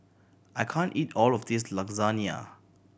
I can't eat all of this Lasagna